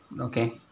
Okay